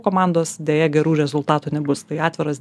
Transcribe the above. komandos deja gerų rezultatų nebus tai atviras